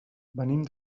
venim